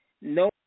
No